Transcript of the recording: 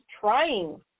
trying